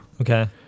okay